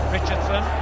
Richardson